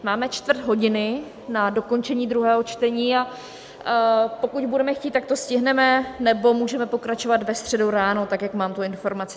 Máme čtvrt hodiny na dokončení druhého čtení, a pokud budeme chtít, tak to stihneme, nebo můžeme pokračovat ve středu ráno tak, jak mám tu informaci.